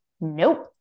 nope